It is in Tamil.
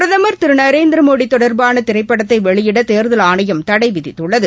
பிரதம் திரு நரேந்திரமோடி தொடர்பான திரைப்படத்தை வெளியிட தேர்தல் ஆணையம் தடை விதித்துள்ளது